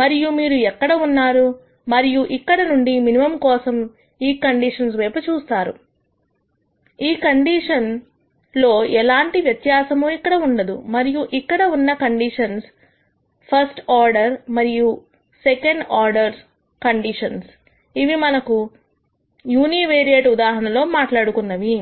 మరియు మీరు ఎక్కడ ఉంటారు మరియు ఇక్కడ నుండి మినిమం కోసం ఈ కండిషన్స్ వైపు చూస్తారు ఈ కండిషన్ కండిషన్స్ లో ఎలాంటి వ్యత్యాసము ఇక్కడ ఉండదు మరియు ఇక్కడ ఉన్న కండిషన్స్ ఫస్ట్ ఆర్డర్ మరియు సెకండ్ ఆర్డర్ కండిషన్స్ ఇవి మనము యూనివేరియేట్ ఉదాహరణలో మాట్లాడుకున్నవి